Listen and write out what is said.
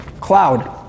cloud